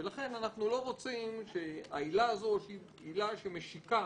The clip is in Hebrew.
ולכן אנחנו לא רוצים שהעילה הזו, שהיא עילה שמשיקה